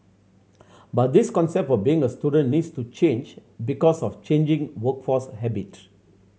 but this concept of being a student needs to change because of changing workforce habits